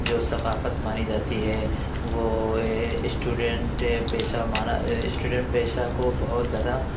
جو ثقافت مانی جاتی ہے وہ یہ اسٹوڈنٹ پیشہ مانا اسٹوڈنٹ پیشہ کو بہت زیادہ